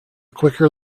quicker